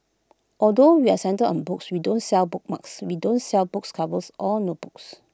although we're centred on books we don't sell bookmarks we don't sell books covers or notebooks